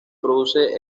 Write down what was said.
produce